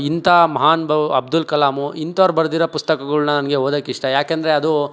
ಇಂಥಾ ಮಹಾನುಭಾವ ಅಬ್ದುಲ್ ಕಲಾಮ್ ಇಂಥವ್ರು ಬರೆದಿರೋ ಪುಸ್ತಕಗಳ್ನ ನನಗೆ ಓದೋಕಿಷ್ಟ ಯಾಕೆಂದರೆ ಅದು